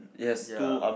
ya